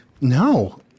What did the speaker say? No